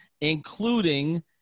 including